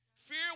Fear